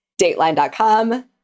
Dateline.com